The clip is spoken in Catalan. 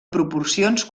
proporcions